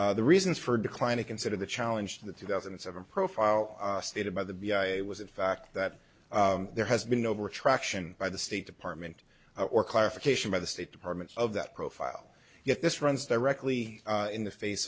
the reasons for decline to consider the challenge the two thousand and seven profile stated by the b i was in fact that there has been over traction by the state department or clarification by the state department of that profile yet this runs directly in the face